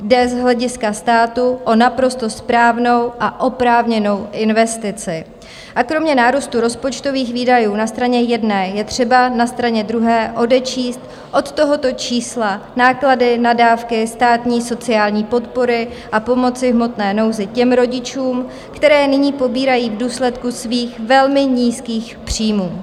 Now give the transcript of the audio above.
Jde z hlediska státu o naprosto správnou a oprávněnou investici a kromě nárůstu rozpočtových výdajů na straně jedné je třeba na straně druhé odečíst od tohoto čísla náklady na dávky státní sociální podpory a pomoci v hmotné nouzi těm rodičům, které nyní pobírají v důsledku svých velmi nízkých příjmů.